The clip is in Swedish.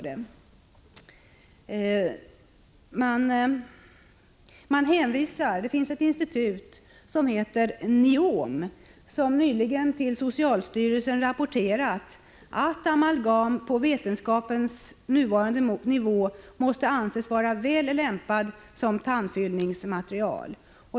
Det finns ett institut som heter Niom, som nyligen till socialstyrelsen har rapporterat att amalgam på vetenskapens nuvarande nivå måste anses vara väl lämpat som tandfyllningsmaterial.